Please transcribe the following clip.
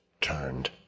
turned